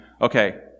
Okay